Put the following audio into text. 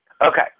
Okay